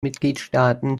mitgliedstaaten